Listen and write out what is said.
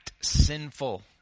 sinful